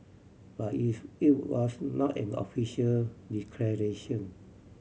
but it's it was not an official declaration